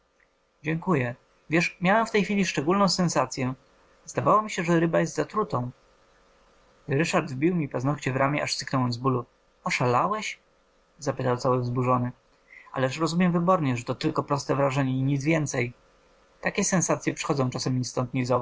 dziękuję wiesz miałem w tej chwili szczególną sensacyę zdawało mi się że ryba jest zatrutą norski wbił mi paznokcie w ramię aż syknąłem z bolu oszalałeś zapytał cały wzburzony ależ rozumiem wybornie że to tylko proste wrażenie i nic więcej takie sensacye przychodzą czasem ni